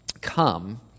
come